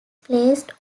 placed